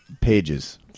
pages